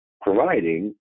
providing